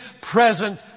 present